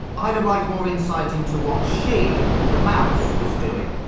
i'd have liked more insight into what she, the mouse, was doing.